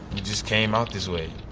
just came out this way.